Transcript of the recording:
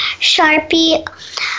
Sharpie